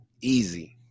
easy